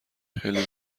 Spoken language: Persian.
خیلی